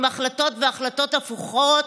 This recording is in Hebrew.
עם החלטות והחלטות הפוכות.